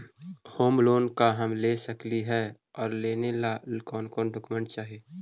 Home loan का हम ले सकली हे, और लेने ला कोन कोन डोकोमेंट चाही?